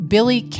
Billy